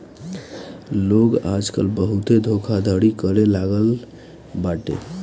लोग आजकल बहुते धोखाधड़ी करे लागल बाटे